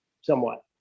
somewhat